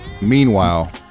Meanwhile